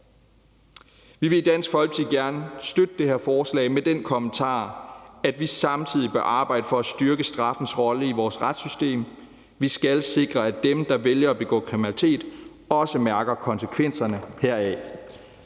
Vi vil i Dansk Folkeparti gerne støtte det her forslag med den kommentar, at vi samtidig bør arbejde for at styrke straffens rolle i vores retssystem. Vi skal sikre, at dem, der vælger at begå kriminalitet, også mærker konsekvenserne heraf,